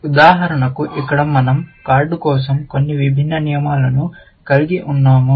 ఉదాహరణకు ఇక్కడ మన০ కార్డు కోసం కొన్ని విభిన్న నియమాలను కలిగి ఉన్నాము